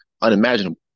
unimaginable